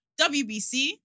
WBC